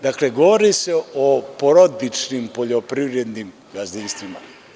Dakle, govori se o porodičnim poljoprivrednim gazdinstvima.